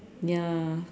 ya